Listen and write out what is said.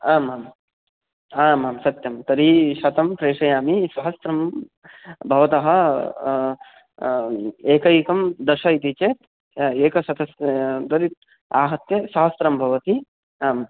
आम् आम् आम् आं सत्यं तर्हि शतं प्रेषयामि सहस्रं भवतः एकैकं दश इति चेत् एकशतं तर्हि आहत्य सहस्रं भवति आम्